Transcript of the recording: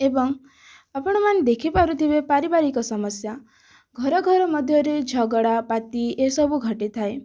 ଏବଂ ଆପଣମାନେ ଦେଖିପାରୁଥିବେ ପାରିବାରିକ ସମସ୍ୟା ଘର ଘର ମଧ୍ୟରେ ଝଗଡ଼ା ପାଟି ଏସବୁ ଘଟିଥାଏ